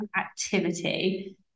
activity